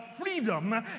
freedom